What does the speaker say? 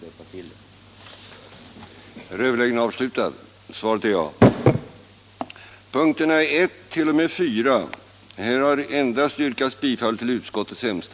den det ej vill röstar nej. den det ej vill röstar nej.